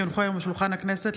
כי הונחו היום על שולחן הכנסת,